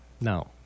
No